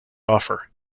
offer